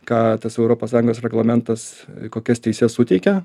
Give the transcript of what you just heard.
ką tas europos sąjungos reglamentas kokias teises suteikia